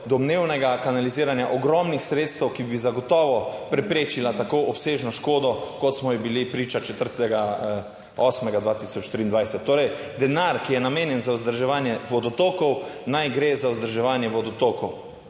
domnevnega kanaliziranja ogromnih sredstev, ki bi zagotovo preprečila tako obsežno škodo kot smo ji bili priča 4. 8. 2023. Torej denar, ki je namenjen za vzdrževanje vodotokov, naj gre za vzdrževanje 47.